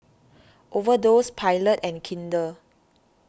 Overdose Pilot and Kinder